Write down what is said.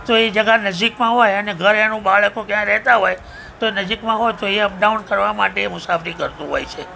તો એ જગ્યા નજીકમાં હોય ઘર એનું બાળકો ત્યાં રહેતા હોય તો નજીકમાં હોય તો એ અપડાઉન કરવા માટે મુસાફરી કરતો હોય છે